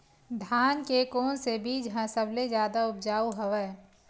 धान के कोन से बीज ह सबले जादा ऊपजाऊ हवय?